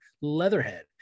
leatherhead